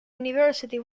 university